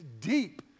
deep